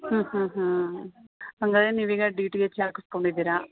ಹ್ಞೂ ಹ್ಞೂ ಹ್ಞೂ ಹಂಗಾದ್ರೆ ನೀವೀಗ ಡಿ ಟಿ ಎಚ್ ಹಾಕಸ್ಕೊಂಡಿದೀರಾ